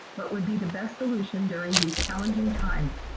but wold be the best solution during these challenging times.